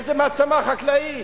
איזה מעצמה חקלאית,